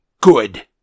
good